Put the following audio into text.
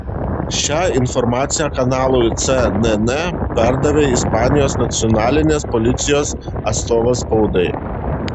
šią informaciją kanalui cnn perdavė ispanijos nacionalinės policijos atstovas spaudai